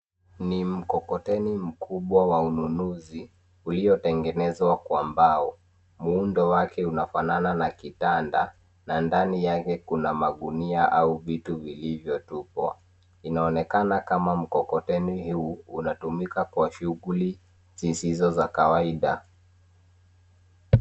Ni mkokoteni mkubwa wa ununuzi ulio tengenezwa kwa mbao. Muundo wake unafanana kitanda na ndani yake kuna magunia au vitu vilivyo tupwa. Inaonekana kama mkokoteni huu unatumika kwa shughuli zisizo za kawaida.